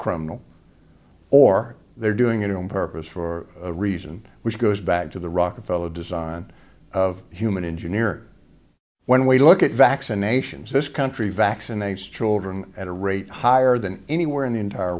criminal or they're doing it on purpose for a reason which goes back to the rockefeller design of human engineering when we look at vaccinations this country vaccinates children at a rate higher than anywhere in the entire